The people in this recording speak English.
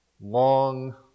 long